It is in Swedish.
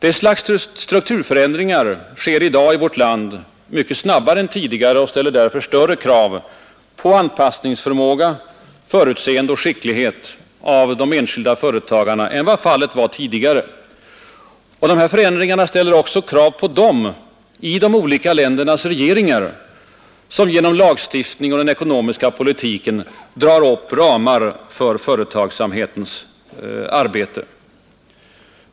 Detta slags strukturförändringar sker i dag i vårt land mycket snabbare än tidigare och ställer därför större krav på anpassningsförmåga, förutseende och skicklighet av de enskilda företagarna än vad fallet var tidigare. Och de här förändringarna ställer också krav på dem i de olika ländernas regeringar som genom lagstiftning och den ekonomiska politiken drar upp ramar för företagsamhetens arbete.